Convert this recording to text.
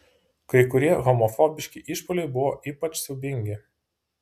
kai kurie homofobiški išpuoliai buvo ypač siaubingi